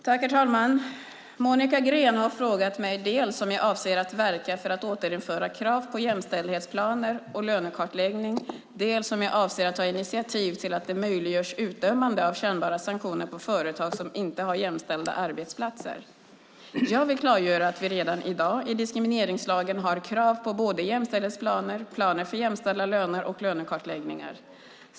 Herr talman! Monica Green har frågat mig dels om jag avser att verka för att återinföra krav på jämställdhetsplaner och lönekartläggning, dels om jag avser att ta initiativ till att det möjliggörs utdömande av kännbara sanktioner på företag som inte har jämställda arbetsplatser. Jag vill klargöra att vi redan i dag, i diskrimineringslagen, har krav på både jämställdhetsplaner, planer för jämställda löner och lönekartläggningar.